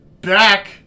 Back